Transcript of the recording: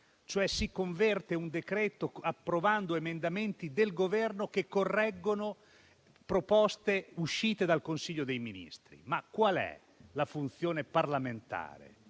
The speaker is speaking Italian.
Si converte cioè un decreto-legge, approvando emendamenti del Governo che correggono proposte uscite dal Consiglio dei ministri. Qual è la funzione parlamentare?